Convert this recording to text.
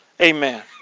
Amen